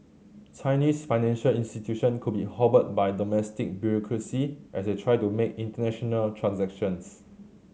Chinese financial institutions could be hobbled by domestic bureaucracy as they try to make international transactions